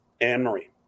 Anne-Marie